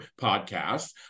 podcast